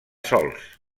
sols